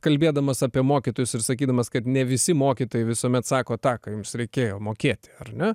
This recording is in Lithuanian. kalbėdamas apie mokytojus ir sakydamas kad ne visi mokytojai visuomet sako tą ką jums reikėjo mokėti ar ne